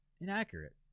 inaccurate